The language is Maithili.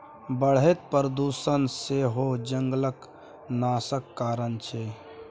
बढ़ैत प्रदुषण सेहो जंगलक नाशक कारण छै